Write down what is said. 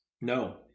No